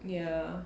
ya